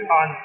on